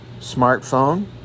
Smartphone